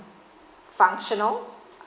functional